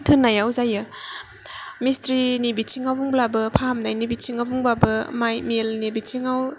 थोन्नायाव जायो मिस्थ्रिनि बिथिङाव बुंब्लाबो फाहामनायनि बिथिङाव बुंबाबो माइ मिलनि बिथिङाव